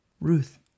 Ruth